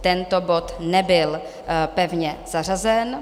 Tento bod nebyl pevně zařazen.